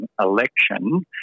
election